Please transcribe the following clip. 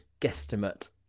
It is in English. guesstimate